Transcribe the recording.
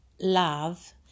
love